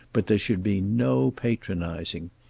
but there should be no patronising.